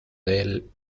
del